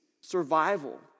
Survival